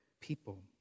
people